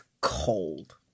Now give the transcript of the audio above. cold